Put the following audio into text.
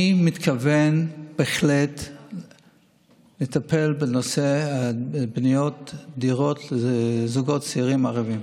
אני מתכוון בהחלט לטפל בנושא בניית הדירות לזוגות צעירים ערבים.